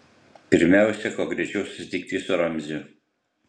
pirmiausia kuo greičiau susitikti su ramziu